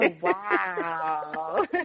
wow